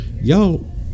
Y'all